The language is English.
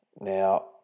Now